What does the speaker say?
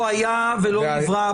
וסיכמו --- לא היה ולא נברא,